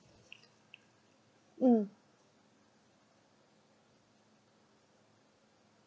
mm